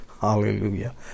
Hallelujah